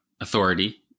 authority